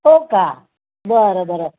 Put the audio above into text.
हो का बरं बरं